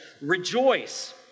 rejoice